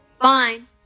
Fine